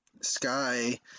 sky